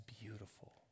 beautiful